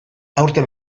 aurten